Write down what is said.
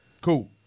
Cool